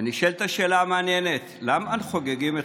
ונשאלת השאלה המעניינת: למה חוגגים את